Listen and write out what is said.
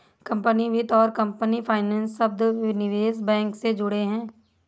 company वित्त और company financer शब्द निवेश बैंक से जुड़े हैं